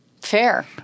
Fair